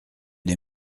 des